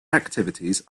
activities